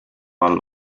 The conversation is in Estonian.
all